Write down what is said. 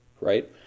right